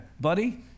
buddy